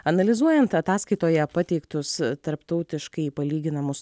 analizuojant ataskaitoje pateiktus tarptautiškai palyginamus